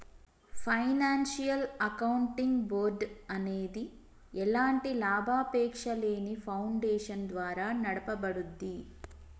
financial accounting board అనేది ఎలాంటి లాభాపేక్షలేని ఫౌండేషన్ ద్వారా నడపబడుద్ది